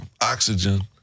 oxygen